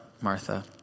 Martha